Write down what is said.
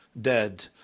dead